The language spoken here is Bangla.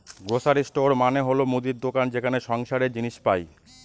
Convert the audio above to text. গ্রসারি স্টোর মানে হল মুদির দোকান যেখানে সংসারের জিনিস পাই